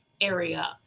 area